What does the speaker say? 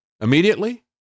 immediately